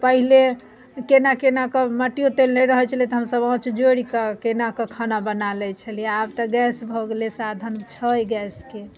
पहिने केना केना कऽ मट्टियो तेल नहि रहैत छलै तऽ हमसभ आँच जोड़ि कऽ केनाके खाना बना लै छलियै आब तऽ गैस भऽ गेलै साधन छै गैसके